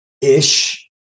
ish